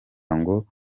ngo